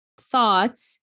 thoughts